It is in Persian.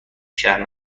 شهر